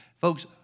Folks